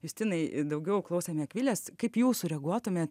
justinai daugiau klausėme akvilės kaip jūs sureaguotumėt